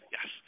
Yes